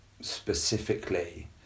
specifically